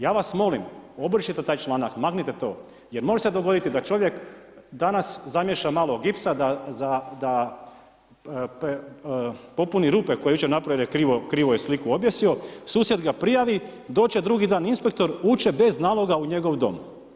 Ja vas molim, obrišite taj članak, maknite taj članak jer može se dogoditi da čovjek danas zamiješa malo gipsa, da popuni rupe koje je jučer napravio jer krivu je sliku objesio, susjed ga prijavi, doći će drugi dan inspektor, ući će bez naloga u njegov dom.